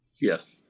Yes